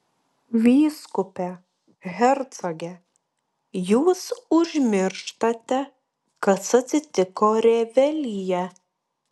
vyskupe hercoge jūs užmirštate kas atsitiko revelyje